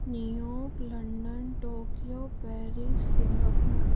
New York London Tokyo Paris Singapore